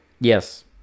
Yes